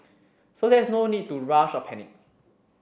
so there is no need to rush or panic